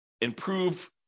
improve